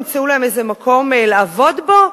ימצאו להם איזה מקום לעבוד בו,